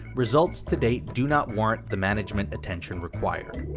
results to date do not warrant the management attention required.